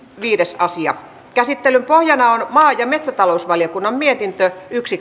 viides asia käsittelyn pohjana on maa ja metsätalousvaliokunnan mietintö yksi